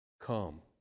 come